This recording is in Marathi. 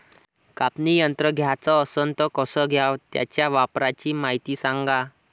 कापनी यंत्र घ्याचं असन त कस घ्याव? त्याच्या वापराची मायती सांगा